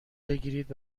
بگیرید